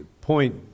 point